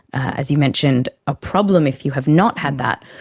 as you mentioned, a problem if you have not had that,